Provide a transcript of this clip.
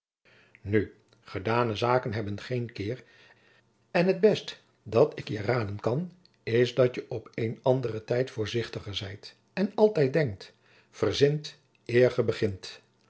nu gedane zaken hebben geen keer en het best dat ik je raden kan is dat je op een anderen tijd voorzichtiger zijt en altijd denkt verzint eer je begint